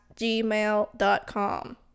gmail.com